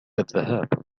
الذهاب